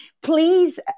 please